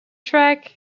track